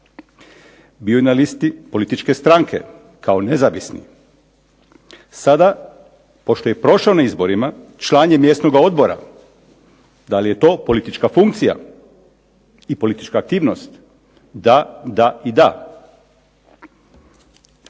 Bio je na listi političke stranke kao nezavisni. Sada, pošto je prošao na izborima, član je mjesnoga odbora. Da li je to politička funkcija i politička aktivnost? Da, da i da.